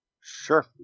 Sure